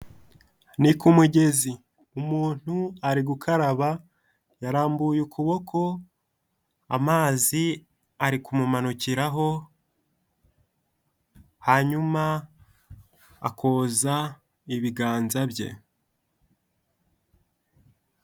Ni ku mugezi, umuntu ari gukaraba yarambuye ukuboko. Amazi ari kumumanukiraho hanyuma akoza ibiganza bye.